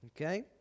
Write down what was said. okay